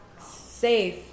safe